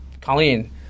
Colleen